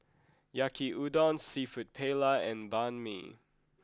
Yaki Udon Seafood Paella and Banh Mi